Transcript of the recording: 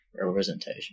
representation